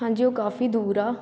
ਹਾਂਜੀ ਉਹ ਕਾਫੀ ਦੂਰ ਆ